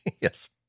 Yes